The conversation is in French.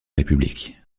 république